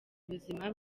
ubuzima